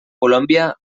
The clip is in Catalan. colòmbia